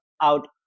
out